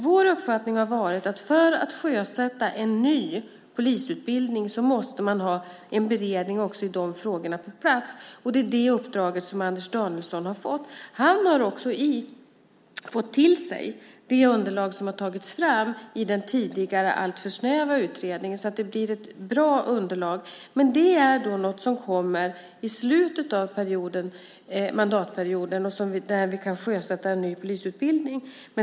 Vår uppfattning har varit att för att sjösätta en ny polisutbildning måste man också ha en beredning av frågorna på plats. Det är detta uppdrag som Anders Danielsson har fått. Han har också fått till sig det underlag som har tagits fram i den tidigare, alltför snäva utredningen så att det blir ett bra underlag. Utredningen kommer i slutet av mandatperioden då vi kan sjösätta en ny polisutbildning.